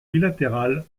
bilatérale